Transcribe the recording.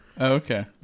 okay